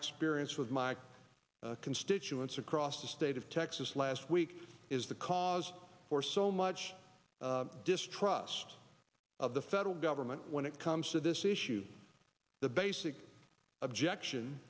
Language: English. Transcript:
experience with my constituents across the state of texas last week is the cause for so much distrust of the federal government when it comes to this issue the basic objection